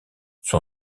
son